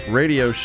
radio